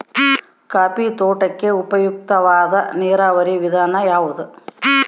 Coffee ತೋಟಕ್ಕೆ ಉಪಯುಕ್ತವಾದ ನೇರಾವರಿ ವಿಧಾನ ಯಾವುದು?